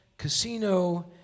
casino